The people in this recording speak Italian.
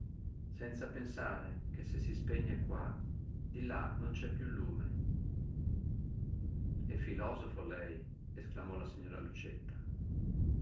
senza pensare che se si spegne qua di là non c'è piú lume è filosofo lei esclamò la signora lucietta